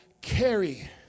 carry